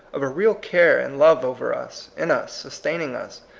of a real care and love over us, in us, sustaining us,